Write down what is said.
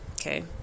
Okay